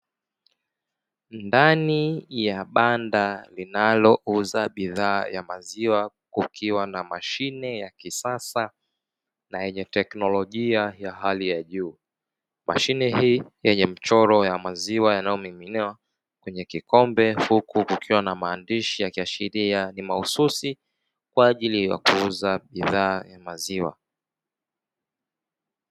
Ndani ya banda linalouza bidhaa ya maziwa kukiwa na mashine ya kisasa na yenye teknolojia ya hali ya juu. Mashine hii yenye mchoro wa maziwa yanayomiminwa kwenye kikombe huku kukiwa na maandishi yanayoashiria ni mahsusi kwa ajili ya kuuza bidhaa ya maziwa.